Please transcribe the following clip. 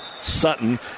Sutton